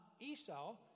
Esau